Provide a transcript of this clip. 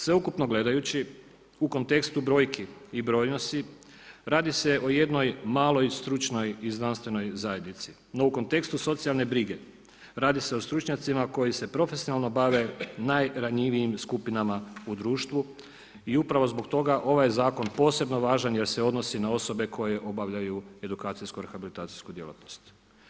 Sve ukupno gledajući u kontekstu brojki i brojnosti radi se o jednoj maloj stručnoj i znanstvenoj zajednici, no u kontekstu socijalne brige radi se o stručnjacima koji se profesionalno bave najranjivijim skupinama u društvu i upravo zbog toga ovaj je zakon posebno važan jer se odnosi na osobe koje obavljaju edukacijsko rehabilitacijsku djelatnost.